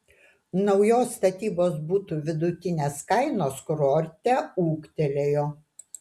naujos statybos butų vidutinės kainos kurorte ūgtelėjo